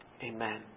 amen